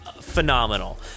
phenomenal